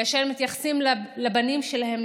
כאשר מתייחסים לבנים שלהם,